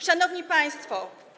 Szanowni Państwo!